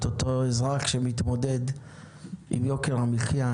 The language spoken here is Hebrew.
את האזרח שמתמודד עם יוקר המחיה,